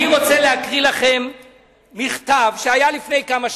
אני רוצה להקריא לכם מכתב מלפני כמה שנים,